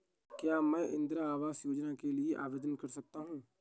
क्या मैं इंदिरा आवास योजना के लिए आवेदन कर सकता हूँ?